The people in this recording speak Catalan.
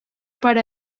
per